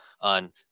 on